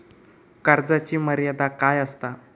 कर्जाची मर्यादा काय असता?